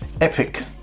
epic